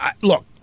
look